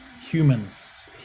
humans